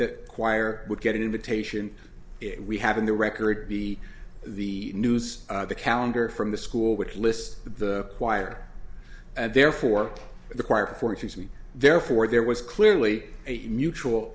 that choir would get an invitation we have in the record the the news of the calendar from the school which lists the choir and therefore the choir for if you see therefore there was clearly a mutual